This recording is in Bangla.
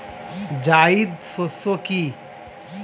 জায়িদ শস্য কি?